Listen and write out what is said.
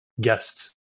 guests